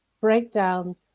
breakdown